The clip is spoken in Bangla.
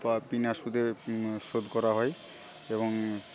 বা বিনা সুদে শোধ করা হয় এবং